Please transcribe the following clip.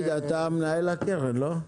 אתה מנהל הקרן, לא?